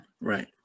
right